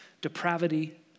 depravity